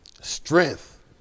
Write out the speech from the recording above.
strength